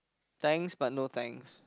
thanks but no thanks